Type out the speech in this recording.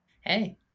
Hey